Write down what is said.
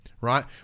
right